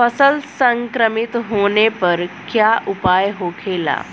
फसल संक्रमित होने पर क्या उपाय होखेला?